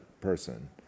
person